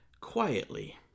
quietly